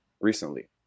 recently